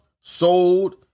sold